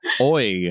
oi